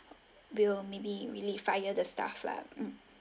we'll maybe really fired the staff lah mm